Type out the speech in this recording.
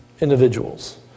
individuals